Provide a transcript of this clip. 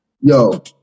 Yo